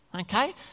Okay